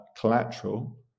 collateral